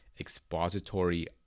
Expository